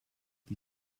die